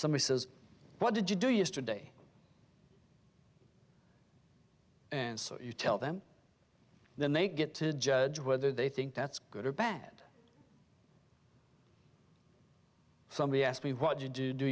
somebody says what did you do yesterday and so you tell them then they get to judge whether they think that's good or bad somebody asked me what to do do